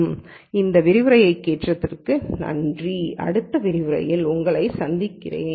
இந்த விரிவுரையைக் கேட்டதற்கு நன்றி அடுத்த விரிவுரையில் உங்களை சந்திக்கிறேன்